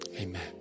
Amen